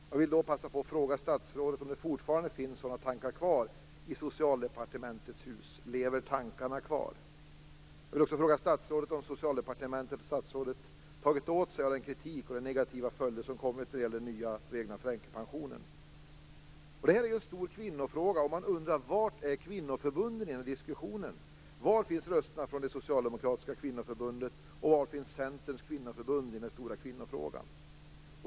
Jag vill därför passa på att fråga statsrådet om det fortfarande finns sådana tankar kvar i Detta är en stor kvinnofråga. Man undrar var kvinnoförbunden är i den här diskussionen. Var finns rösterna från det socialdemokratiska kvinnoförbundet, och var finns Centerns kvinnoförbund i den stora kvinnofrågan?